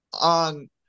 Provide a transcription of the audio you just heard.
on